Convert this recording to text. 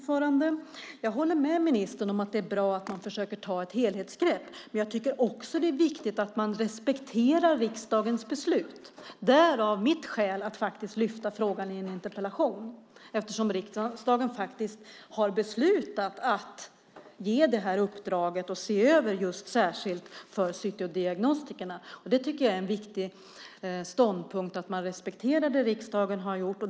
Fru talman! Jag håller med ministern om att det är bra att man försöker ta ett helhetsgrepp. Jag tycker också att det är viktigt att man respekterar riksdagens beslut. Det är därför jag har valt att ta upp frågan i en interpellation. Riksdagen har faktiskt beslutat att ge detta uppdrag och att särskilt se över det som gäller cytodiagnostikerna. Det är en viktig ståndpunkt att man ska respektera det riksdagen har gjort.